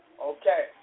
Okay